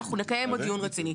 אנחנו נקיים עוד דיון רציני.